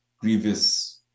grievous